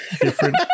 different